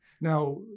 Now